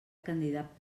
candidat